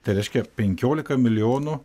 tai reiškia penkiolika milijonų